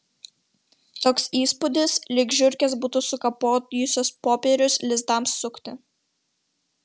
toks įspūdis lyg žiurkės būtų sukapojusios popierius lizdams sukti